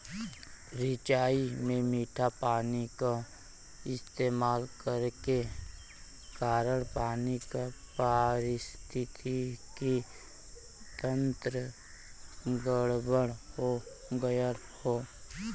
सिंचाई में मीठा पानी क इस्तेमाल करे के कारण पानी क पारिस्थितिकि तंत्र गड़बड़ हो गयल हौ